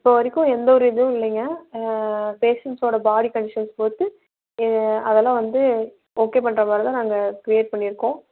இப்போ வரைக்கும் எந்தவொரு இதுவும் இல்லைங்க பேஷண்ட்ஸோட பாடி கண்டிஷன்ஸ் பொறுத்து அதெல்லாம் வந்து ஓகே பண்ணுற மாதிரி தான் நாங்கள் கிரியேட் பண்ணியிருக்கோம்